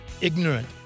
ignorant